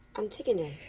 um antigone,